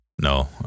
No